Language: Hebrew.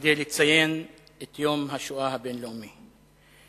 כדי לציין את יום השואה הבין-לאומי,